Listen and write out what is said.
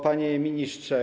Panie Ministrze!